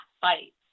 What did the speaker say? fight